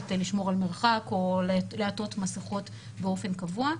ביכולת לשמור על מרחק או לעטות מסכות באופן קבוע.